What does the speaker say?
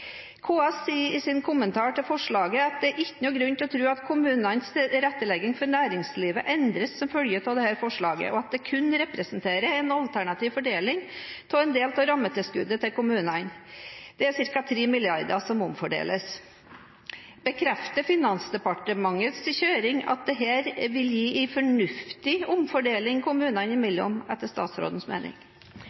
KS sier i sin kommentar til forslaget at det ikke er noen grunn til å tro at kommunenes tilrettelegging for næringslivet endres som følge av dette forslaget, og at det kun representerer en alternativ fordeling av en del av rammetilskuddet til kommunene. Det er ca. 3 mrd. kr som omfordeles. Bekrefter Finansdepartementets kjøring at dette vil gi en fornuftig omfordeling kommunene imellom, etter statsrådens mening?